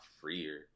freer